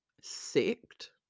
sect